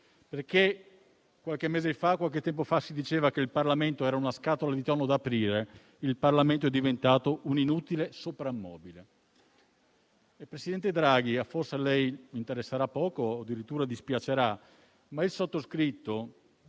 nemmeno leggere. Qualche tempo fa si diceva che il Parlamento era una scatola di tonno da aprire. Il Parlamento è diventato un inutile soprammobile. Presidente Draghi, forse a lei interesserà poco o addirittura dispiacerà, ma il sottoscritto